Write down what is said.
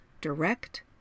direct